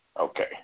Okay